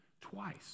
twice